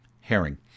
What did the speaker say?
herring